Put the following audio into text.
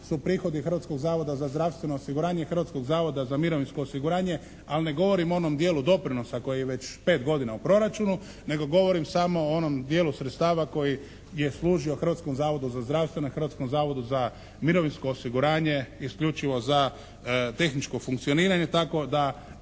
su prihodi Hrvatskog zavoda za zdravstveno osiguranje i Hrvatskog zavoda za mirovinsko osiguranje, ali ne govorim o onom dijelu doprinosa koji već 5 godina u proračunu nego govorim samo o onom dijelu sredstava koji je služio Hrvatskom zavodu za zdravstvo, Hrvatskom zavodu za mirovinsko osiguranje isključivo za tehničko funkcioniranje. Tako da